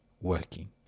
working